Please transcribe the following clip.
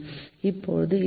அப்போது இது 37